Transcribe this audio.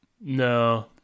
No